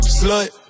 slut